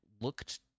looked